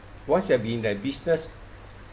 once you've been in the business